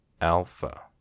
alpha